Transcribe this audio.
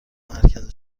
مرکز